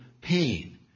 pain